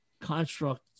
construct